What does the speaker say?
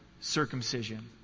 circumcision